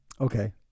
Okay